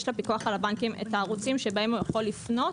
יש לפיקוח על הבנקים את הערוצים שבהם הוא יכול לפנות,